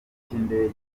cy’indege